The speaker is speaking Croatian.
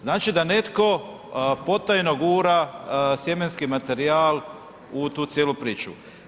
Znači da netko potajno gura sjemenski materijal u tu cijelu priču.